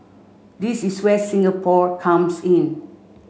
this is where Singapore comes in